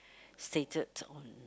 stated on